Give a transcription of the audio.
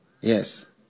Yes